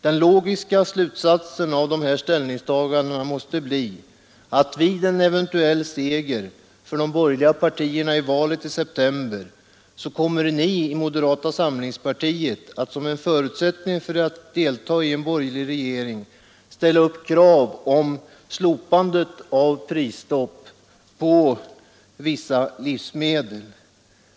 Den logiska slutsatsen av dessa ställningstaganden måste bli att vid en eventuell seger för de borgerliga partierna i valet i september kommer ni i moderata samlingspartiet såsom en förutsättning för ert deltagande i en borgerlig regering att uppställa krav på slopande av prisstopp på vissa livsmedel.